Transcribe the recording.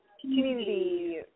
community